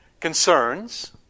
concerns